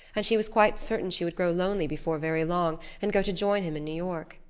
and she was quite certain she would grow lonely before very long and go to join him in new york.